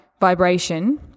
vibration